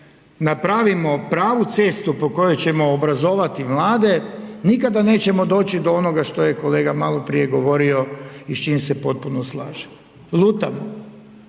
napravim pravu cestu po kojoj ćemo obrazovati mlade nikada nećemo doći do onoga što je kolega maloprije govorio i s čim se potpuno slažem. Lutamo.